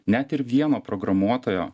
net ir vieno programuotojo